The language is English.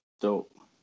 Dope